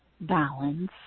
balance